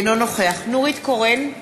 אינו נוכח נורית קורן,